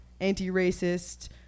Anti-racist